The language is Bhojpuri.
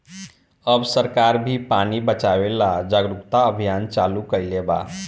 अब सरकार भी पानी बचावे ला जागरूकता अभियान चालू कईले बा